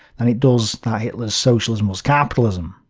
than it does that hitler's socialism was capitalism.